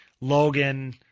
Logan